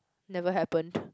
never happened